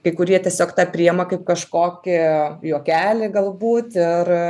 kai kurie tiesiog ta priema kažkokį juokelį galbūt ir